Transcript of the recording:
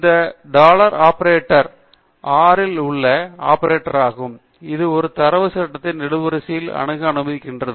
இந்த dollar operator R இல் உள்ள ஒரு ஆபரேட்டர் ஆகும் இது ஒரு தரவு சட்டத்தின் நெடுவரிசைகளை அணுக அனுமதிக்கிறது